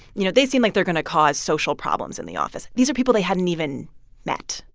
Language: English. you know, they seem like they're going to cause social problems in the office. these are people they hadn't even met.